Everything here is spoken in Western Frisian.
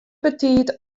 betiid